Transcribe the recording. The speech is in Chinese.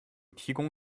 提供